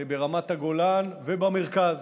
ברמת הגולן ובמרכז.